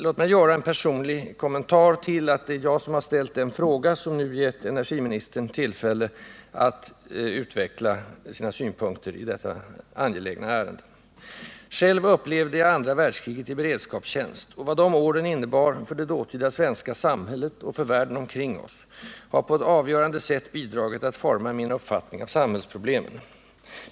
Låt mig göra en personlig kommentar till att det är jag som har ställt den fråga som nu gett energiministern tillfälle att utveckla sina synpunkter i detta angelägna ärende. Själv upplevde jag andra världskriget i beredskapstjänst, och vad de åren innebar för det dåtida svenska samhället — och världen omkring oss — har på ett avgörande sätt bidragit till att forma min uppfattning om samhällsproblemen.